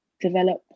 develop